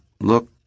look